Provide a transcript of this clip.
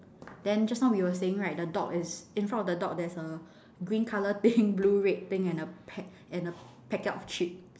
then just now we were saying right the dog is in front of the dog there's a green colour thing blue red thing and a pack and a packet of chips